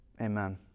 amen